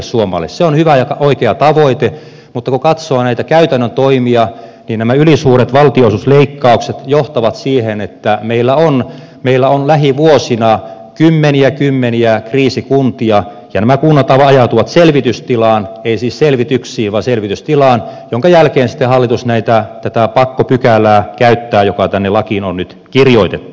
se on hyvä ja oikea tavoite mutta kun katsoo näitä käytännön toimia niin nämä ylisuuret valtionosuusleikkaukset johtavat siihen että meillä on lähivuosina kymmeniä kymmeniä kriisikuntia ja nämä kunnat ajautuvat selvitystilaan eivät siis selvityksiin vaan selvitystilaan minkä jälkeen sitten hallitus tätä pakkopykälää käyttää joka tänne lakiin on nyt kirjoitettu